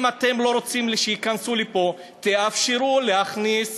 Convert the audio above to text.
אם אתם לא רוצים שייכנסו לפה, תאפשרו להכניס